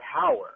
power